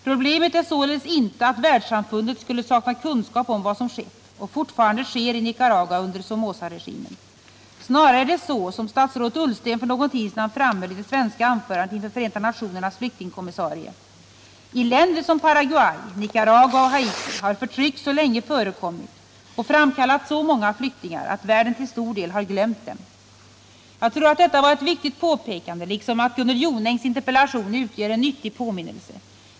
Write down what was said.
Problemet är således inte att världssamfundet skulle sakna kunskap om vad som skett och fortfarande sker i Nicaragua under Somozaregimen. Snarare är det så som statsrådet Ullsten för någon tid sedan framhöll i det svenska anförandet inför Förenta nationernas flyktingkommissarie: ”I länder som Paraguay, Nicaragua och Haiti har förtryck så länge förekommit, och framkallat så många flyktingar, att världen till stor del har glömt dem.” Jag tror att detta var ett viktigt påpekande, liksom att Gunnel Jonängs interpellation utgör en nyttig påminnelse.